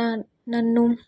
నా నన్ను